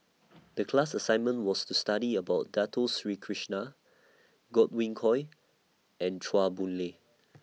The class assignment was to study about Dato Sri Krishna Godwin Koay and Chua Boon Lay